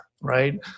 Right